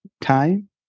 time